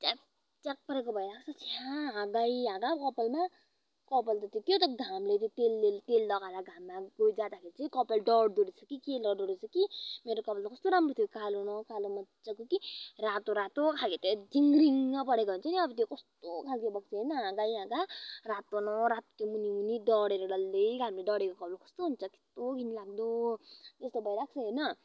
च्याप च्याप परेको भइरहेको छ छ्या हाँगै हाँगा कपालमा कपाल त त्यो क्याउ त घामले त्यो तेलले तेल लगाएर घाममा गोइ जाँदाखेरि चाहिँ त्यो कपाल डढ्दो रहेछ कि के डढ्दो रहेछ कि मेरो कपाल त कस्तो राम्रो थियो कालो न कालो मज्जाको कि रातो रातो खाले त्यो जिङ्रिङ्ङ परेको हुन्छ नि अब त्यो कस्तो खालको भएको छ हेर न हाँगै हाँगा रातो न रातो मुनि मुनि डढेर डल्लै घामले डढेको कपाल कस्तो हुन्छ कस्तो घिनलाग्दो त्यस्तो भइरहेको छ हेर न